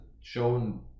shown